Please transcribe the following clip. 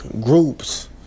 groups